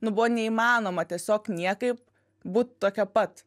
nu buvo neįmanoma tiesiog niekaip būt tokia pat